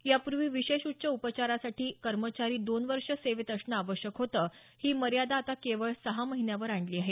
यापूर्वी विशेष उच्च उपचारासाठी कर्मचारी दोन वर्ष सेवेत असणं आवश्यक होतं ही मर्यादा आता केवळा सहा महिन्यावर आणली आहे